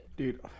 Dude